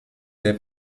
des